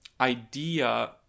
idea